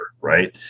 right